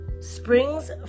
springs